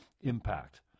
impact